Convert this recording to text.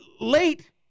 late